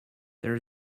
there